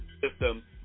system